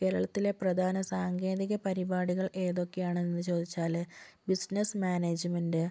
കേരളത്തിലെ പ്രധാന സാങ്കേതിക പരിപാടികൾ ഏതൊക്കെയാണെന്ന് ചോദിച്ചാല് ബിസിനസ് മാനേജ്മെൻ്റ്